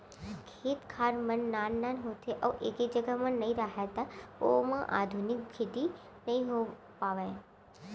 खेत खार मन नान नान होथे अउ एके जघा म नइ राहय त ओमा आधुनिक खेती नइ हो पावय